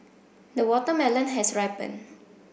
the watermelon has ripened